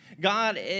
God